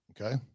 Okay